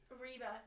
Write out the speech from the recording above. Reba